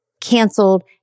canceled